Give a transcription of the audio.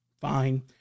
fine